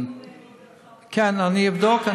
כן, אני אבדוק.